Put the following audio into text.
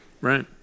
right